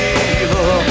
evil